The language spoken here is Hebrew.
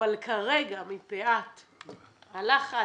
אבל כרגע מפאת הלחץ